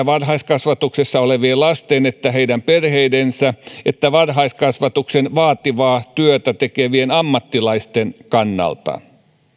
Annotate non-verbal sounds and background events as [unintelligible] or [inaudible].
[unintelligible] varhaiskasvatuksessa olevien lasten heidän perheidensä ja varhaiskasvatuksen vaativaa työtä tekevien ammattilaisten kannalta